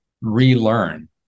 relearn